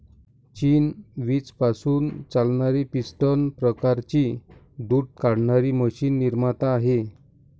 चीन वीज पासून चालणारी पिस्टन प्रकारची दूध काढणारी मशीन निर्माता आहे